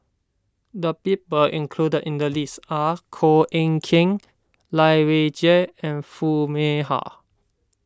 the people included in the list are Koh Eng Kian Lai Weijie and Foo Mee Har